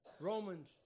Romans